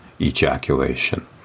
ejaculation